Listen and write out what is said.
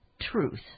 truth